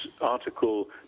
article